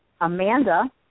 Amanda